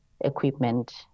equipment